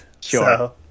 Sure